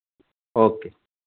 okay